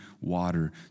water